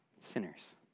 Sinners